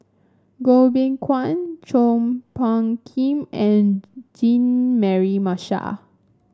Goh Beng Kwan Chua Phung Kim and Jean Mary Marshall